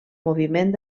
moviment